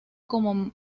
como